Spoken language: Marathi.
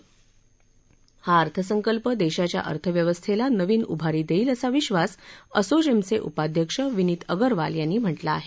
तर हा अर्थसंकल्प देशाच्या अर्थव्यवस्थेला नवीन उभारी देईल असा विश्वास असोवेमचे उपाध्यक्ष विनीत अगरवाल यांनी म्हटलं आहे